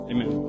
Amen